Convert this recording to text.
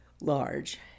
large